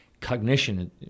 cognition